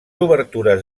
obertures